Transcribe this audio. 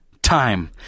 time